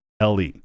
LE